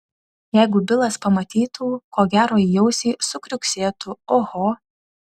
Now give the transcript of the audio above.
jeigu bilas pamatytų ko gero į ausį sukriuksėtų oho